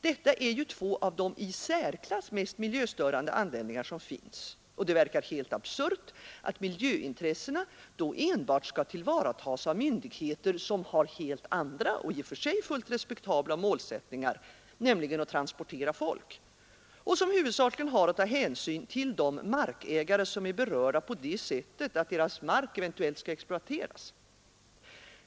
Detta är ju två av de i särklass mest miljöstörande anläggningar som finns, och det verkar helt absurt att miljöintressena då enbart skall tillvaratas av myndigheter som har helt andra och i och för sig fullt respektabla målsättningar, nämligen att transportera folk, och som huvudsakligen har att ta hänsyn till de markägare som är berörda på det sättet att deras mark eventuellt skall exploateras.